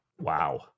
Wow